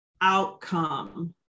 outcome